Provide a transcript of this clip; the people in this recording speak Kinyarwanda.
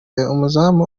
umuzamu